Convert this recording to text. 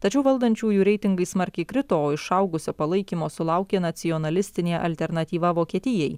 tačiau valdančiųjų reitingai smarkiai krito o išaugusio palaikymo sulaukė nacionalistinė alternatyva vokietijai